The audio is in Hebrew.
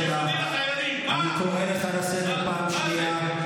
חבר הכנסת עמאר, אני קורא אותך לסדר בפעם הראשונה.